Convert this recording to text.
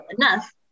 enough